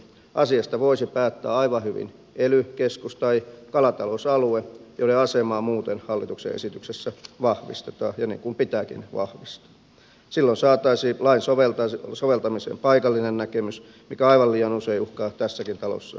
asiasta voisi aivan hyvin päättää ely keskus tai kalatalousalue niiden asemaa hallituksen esityksessä muuten vahvistetaan niin kuin pitääkin vahvistaa silloin saataisiin lain soveltamiseen paikallinen näkemys mikä aivan liian usein uhkaa tässäkin talossa jäädä jalkoihin